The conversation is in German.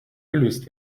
gelöst